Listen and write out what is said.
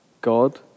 God